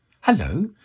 Hello